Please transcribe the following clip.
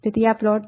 તેથી આ પ્લોટ છે